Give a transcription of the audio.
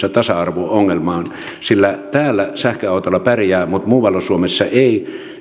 ja tasa arvo ongelmaan sillä täällä sähköautolla pärjää mutta muualla suomessa ei